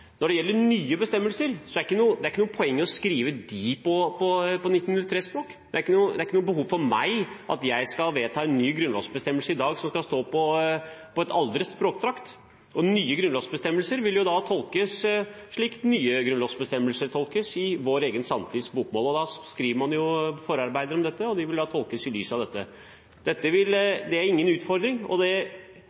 Når det gjelder nye bestemmelser, er det ikke noe poeng å skrive dem i 1903-språk. Det er ikke noe behov for meg å vedta en ny grunnlovsbestemmelse i dag i en foreldet språkdrakt. Nye grunnlovsbestemmelser vil jo da tolkes slik nye grunnlovsbestemmelser tolkes i vår egen samtids bokmål, og da skriver man forarbeider om dette, og de vil da tolkes i lys av dette – det er ingen utfordring. Det er ikke bare jeg som har framholdt dette. Det som er fint, er at både sivilombudsmannen og tidligere professor Johs. Andenæs har sagt det.